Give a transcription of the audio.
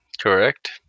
Correct